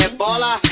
bola